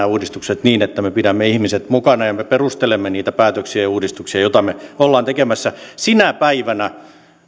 uudistukset niin että me pidämme ihmiset mukana ja me perustelemme niitä päätöksiä ja uudistuksia joita me olemme tekemässä sinä päivänä